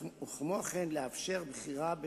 וכמו כן לאפשר בחירה,